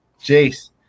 Jace